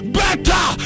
better